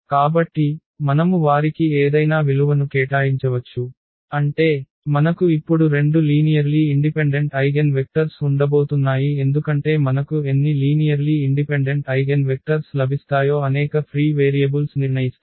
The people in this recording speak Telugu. కాబట్టి మనము వారికి ఏదైనా విలువను కేటాయించవచ్చు అంటే మనకు ఇప్పుడు రెండు లీనియర్లీ ఇండిపెండెంట్ ఐగెన్వెక్టర్స్ ఉండబోతున్నాయి ఎందుకంటే మనకు ఎన్ని లీనియర్లీ ఇండిపెండెంట్ ఐగెన్వెక్టర్స్ లభిస్తాయో అనేక ఫ్రీ వేరియబుల్స్ నిర్ణయిస్తాయి